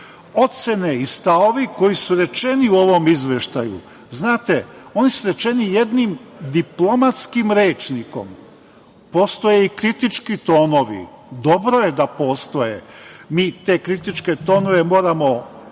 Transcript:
Ocene i stavovi koji su rečeni u ovom izveštaju, znate, oni su rečeni jednim diplomatskim rečnikom. Postoje kritički tomovi, dobro je da postoje. Mi te kritičke tomove moramo